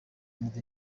meddy